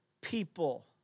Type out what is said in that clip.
people